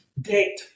date